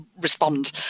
respond